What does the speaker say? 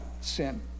sin